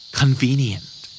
convenient